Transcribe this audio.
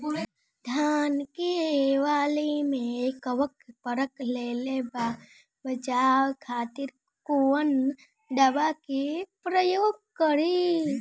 धान के वाली में कवक पकड़ लेले बा बचाव खातिर कोवन दावा के प्रयोग करी?